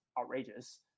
outrageous